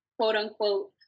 quote-unquote